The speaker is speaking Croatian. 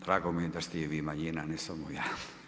Drago mi je da ste i vi manjina, a ne samo ja.